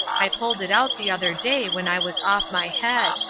i pulled it out the other day when i was off my head,